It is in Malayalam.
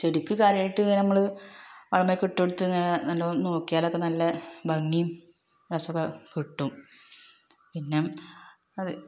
ചെടിക്ക് കാര്യമായിട്ട് നമ്മള് അത്മ്മേക്കെ ഇട്ടുകൊടുത്ത് നല്ലവണ്ണം നോക്കിയാലൊക്കെ നല്ല ഭംഗിയും രസവുമൊക്കെ കിട്ടും പിന്നെ അത്